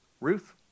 Ruth